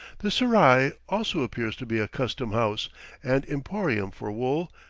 the serai also appears to be a custom-house and emporium for wool,